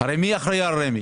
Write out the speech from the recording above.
הרי מי אחראי על רמ"י?